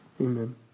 Amen